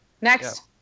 Next